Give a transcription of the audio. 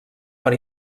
per